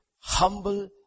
humble